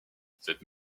cette